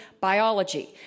biology